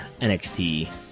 NXT